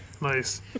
Nice